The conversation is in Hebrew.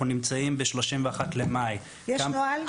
אנחנו נמצאים ב-31 במאי --- יש נוהל?